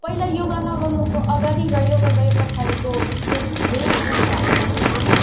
पहिला योगा नगर्नुको अगाडि र योगा गरे पछाडिको चाहिँ धेरै चेन्ज भएको छ ममा